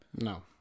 No